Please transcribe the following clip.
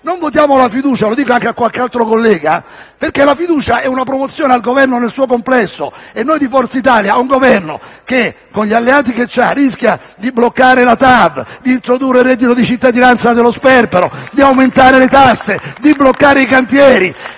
Non votiamo la fiducia - e mi rivolgo anche a qualche altro collega - perché la fiducia è una promozione al Governo nel suo complesso e noi di Forza Italia non la possiamo dare a un Governo che, con gli alleati che ha, rischia di bloccare la TAV, di introdurre il reddito di cittadinanza dello sperpero, di aumentare le tasse, di bloccare i cantieri;